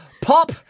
pop